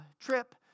trip